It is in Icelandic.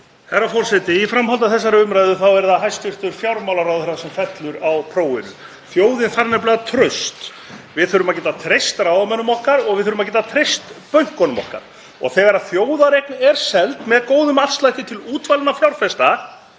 Herra forseti. Í framhaldi af þessari umræðu þá er það hæstv. fjármálaráðherra sem fellur á prófinu. Þjóðin þarf nefnilega traust. Við þurfum að geta treyst ráðamönnum okkar og við þurfum að geta treyst bönkunum okkar. Þegar þjóðareign er seld með góðum afslætti til útvalinna fjárfesta